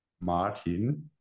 Martin